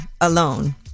alone